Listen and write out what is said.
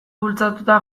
bultzatuta